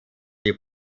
die